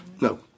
No